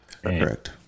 correct